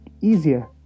easier